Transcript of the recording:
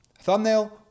Thumbnail